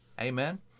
Amen